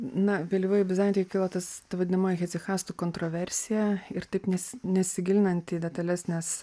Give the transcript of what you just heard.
na vėlyvojoj bizantijoj kilo tas vadinamoji hecikastų kontroversija ir taip nes nesigilinant į detales nes